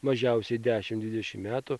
mažiausiai dešim dvidešim metų